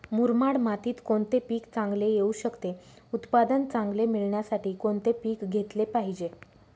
मुरमाड मातीत कोणते पीक चांगले येऊ शकते? उत्पादन चांगले मिळण्यासाठी कोणते पीक घेतले पाहिजे?